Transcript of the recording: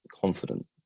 confident